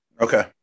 Okay